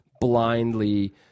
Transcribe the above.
blindly